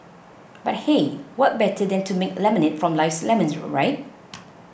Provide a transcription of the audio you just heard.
but hey what better than to make lemonade from life's lemons right